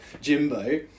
Jimbo